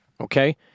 okay